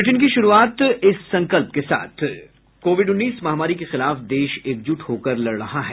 bulletin की शुरूआत से पहले ये संकल्प कोविड उन्नीस महामारी के खिलाफ देश एकजुट होकर लड़ रहा है